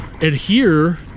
adhere